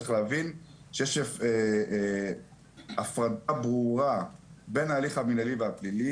צריך להבין שישנה הפרדה ברורה בין ההליך המנהלי והפלילי